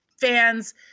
fans